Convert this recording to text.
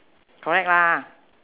correct lah